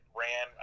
ran